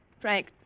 Frank